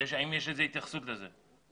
האם יש איזושהי התייחסות לזה?